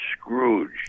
Scrooge